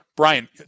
Brian